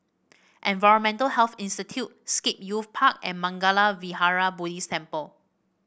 Environmental Health Institute Scape Youth Park and Mangala Vihara Buddhist Temple